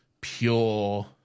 pure